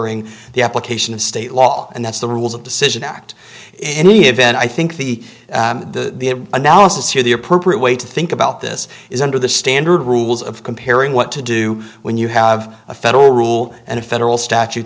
ing the application of state law and that's the rules of decision act in any event i think the the analysis here the appropriate way to think about this is under the standard rules of comparing what to do when you have a federal rule and a federal statute